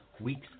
weeks